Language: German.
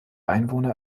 einwohner